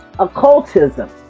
Occultism